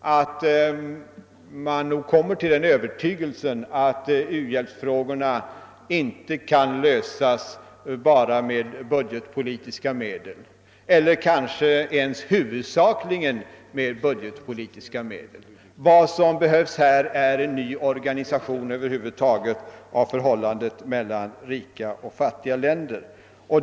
att man nog kommer till den övertygelsen att uhjälpsfrågorna inte bara eller ens huvudsakligen kan lösas med budgetpolitiska medel; vad som behövs är en ny organisation av förhållandet mellan rika och fattiga länder.